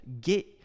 get